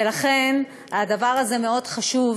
ולכן הדבר הזה מאוד חשוב,